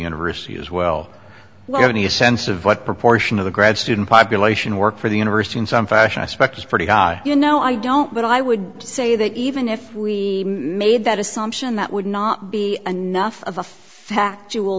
university as well what any sense of what proportion of the grad student population work for the university in some fashion aspect is pretty high you know i don't but i would say that even if we made that assumption that would not be enough of a factual